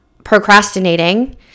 procrastinating